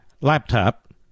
laptop